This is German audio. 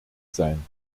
sein